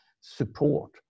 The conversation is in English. support